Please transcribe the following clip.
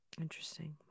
Interesting